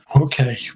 okay